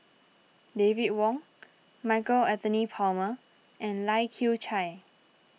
David Wong Michael Anthony Palmer and Lai Kew Chai